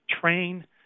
train